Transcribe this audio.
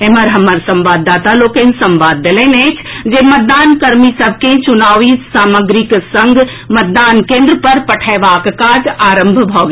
एम्हर हमर संवाददाता लोकनि संवाद देलनि अछि जे मतदान कर्मी सभ के चूनाव सामग्रीक संग मतदान केन्द्र पर पठयबाक काज आरंभ भऽ गेल अछि